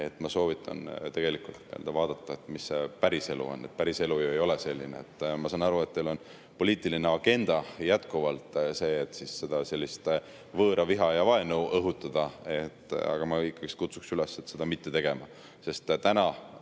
Ma soovitan tegelikult vaadata, mis see päriselu on. Päriselu ju ei ole selline. Ma saan aru, et teil on poliitiline agenda jätkuvalt see, et sellist võõraviha ja vaenu õhutada. Aga ma ikkagi kutsuksin üles seda mitte tegema, sest minu